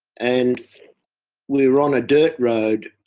and we were on a dirt road